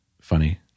funny